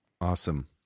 awesome